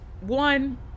one